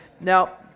Now